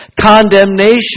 Condemnation